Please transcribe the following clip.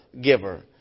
giver